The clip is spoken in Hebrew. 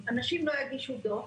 אנשים לא יגישו דוח,